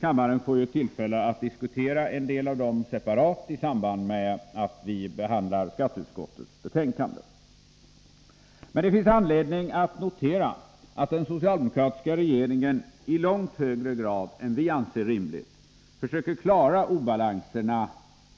Kammaren får ju tillfälle att diskutera en del av dem separat när skatteutskottets betänkande behandlas. Men det finns anledning att notera att den socialdemokratiska regeringen i långt högre grad än vad vi anser rimligt försöker klara obalanserna